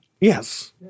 yes